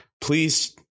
Please